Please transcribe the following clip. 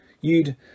You'd